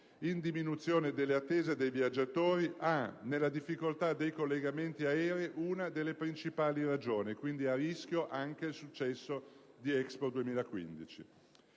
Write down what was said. in diminuzione delle attese dei visitatori ha nella difficoltà dei collegamenti aerei una delle principali ragioni. È, quindi, a rischio anche il successo di Expo 2015.